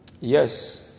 Yes